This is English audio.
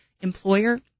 employer